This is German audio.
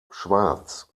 schwarz